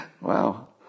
Wow